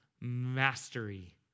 mastery